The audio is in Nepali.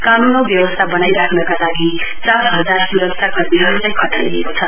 कानून औ व्यवस्था वनाइ राख्नका लागि चार हजार सुरक्षा कर्मीहरुलाई खटाइएको छ